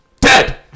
Dead